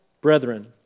brethren